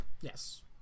Yes